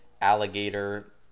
alligator